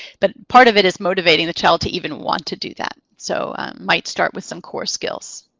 but part of it is motivating the child to even want to do that, so might start with some core skills.